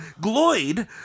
Gloyd